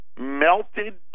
melted